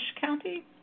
County